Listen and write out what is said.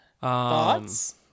Thoughts